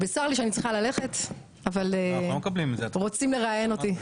וצר לי שאני צריכה ללכת, אבל רוצים לראיין אותי.